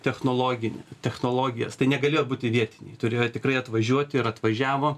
technologine technologijas tai negalėjo būti vietiniai turėjo tikrai atvažiuoti ir atvažiavo